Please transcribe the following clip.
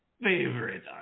favorite